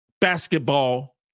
basketball